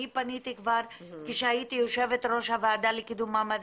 אני פניתי כבר כשהייתי יושבת ראש הוועדה לקידום מעמד